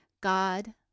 God